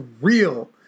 real